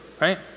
right